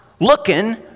looking